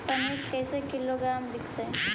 पनिर कैसे किलोग्राम विकतै?